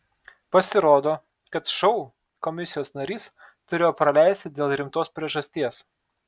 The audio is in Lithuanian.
pasirodo kad šou komisijos narys turėjo praleisti dėl rimtos priežasties